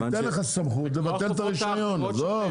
ניתן לך סמכות לבטל לו את הרישיון, עזוב.